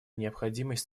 необходимость